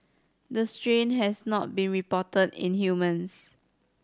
the strain has not been reported in humans